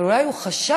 אולי הוא חשב